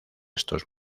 estos